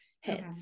hits